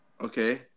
Okay